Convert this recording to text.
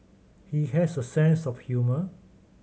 he has a sense of humour